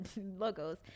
logos